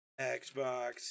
xbox